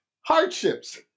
Hardships